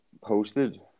posted